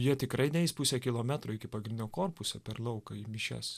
jie tikrai neis pusę kilometro iki pagrindinio korpuso per lauką į mišias